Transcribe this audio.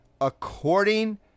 according